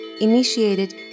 initiated